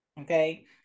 Okay